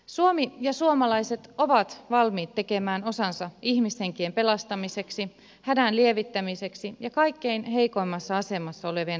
suomi ja suomalaiset ovat valmiit tekemään osansa ihmishenkien pelastamiseksi hädän lievittämiseksi ja kaikkein heikoimmassa asemassa olevien auttamiseksi